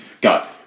got